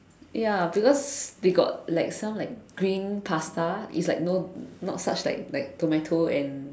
ya because they got some like green pasta it's like no not such like like tomato and